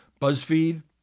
BuzzFeed